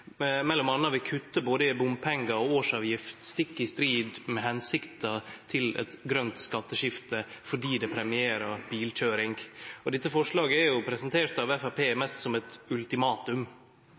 m.a. vil kutte både i bompengar og årsavgift – stikk i strid med hensikta bak eit grønt skatteskifte, fordi det premierer bilkøyring. Dette forslaget er presentert av